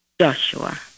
Joshua